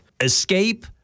Escape